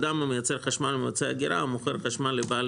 אדם המייצר חשמל ממצב אגירה ומוכר חשמל לבעל